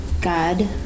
God